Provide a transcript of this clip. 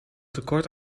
tekort